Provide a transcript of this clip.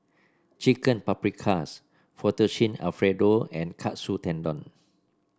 Chicken Paprikas Fettuccine Alfredo and Katsu Tendon